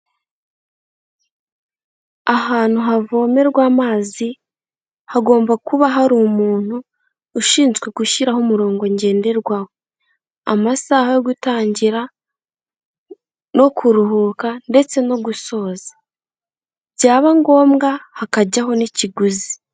Ahantu havomerwa amazi, hagomba kuba hari umuntu ushinzwe gushyiraho umurongo ngenderwaho, amasaha yo gutangira no kuruhuka ndetse no gusoza, byaba ngombwa hakajyaho n'ikiguzi.